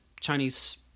Chinese